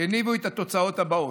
הניבו את התוצאות הבאות: